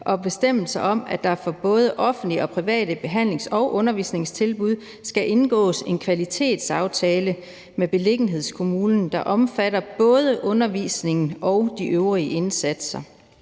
bestemmelser om, at der for både offentlige og private behandlings- og undervisningstilbud skal indgås en kvalitetsaftale med beliggenhedskommunen, der omfatter både undervisningen og de øvrige indsatser.